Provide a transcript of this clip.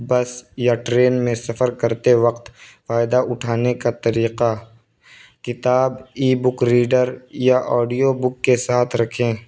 بس یا ٹرین میں سفر کرتے وقت فائدہ اٹھانے کا طریقہ کتاب ای بک ریڈر یا آڈیو بک کے ساتھ رکھیں